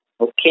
Okay